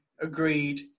agreed